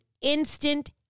instant